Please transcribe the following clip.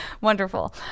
Wonderful